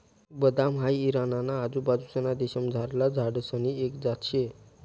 बदाम हाई इराणा ना आजूबाजूंसना देशमझारला झाडसनी एक जात शे